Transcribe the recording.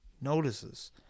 notices